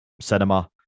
cinema